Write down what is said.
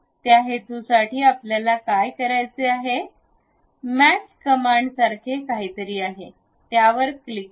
त्या हेतूसाठी आपल्याला काय करायचे आहे मॅट कमांडसारखे काहीतरी आहे यावर क्लिक करा